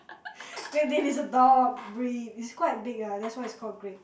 great dane is a dog breed it's quite big ah that's why it's called great